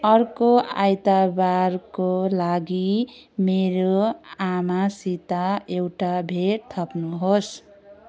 अर्को आइतबारको लागि मेरो आमासित एउटा भेट थप्नुहोस्